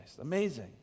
Amazing